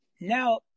now